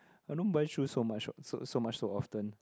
I don't buy shoes so much what so so much so often